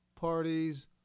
parties